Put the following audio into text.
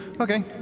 Okay